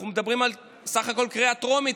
אנחנו מדברים בסך הכול על קריאה טרומית.